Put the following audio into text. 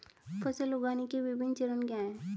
फसल उगाने के विभिन्न चरण क्या हैं?